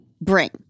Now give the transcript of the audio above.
bring